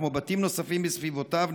כמו בתים נוספים בסביבותיו,